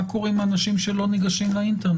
מה קורה עם אנשים שלא ניגשים לאינטרנט,